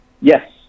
Yes